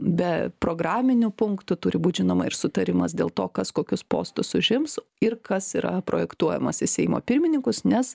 be programinių punktų turi būt žinoma ir sutarimas dėl to kas kokius postus užims ir kas yra projektuojamas į seimo pirmininkus nes